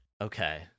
Okay